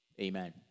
Amen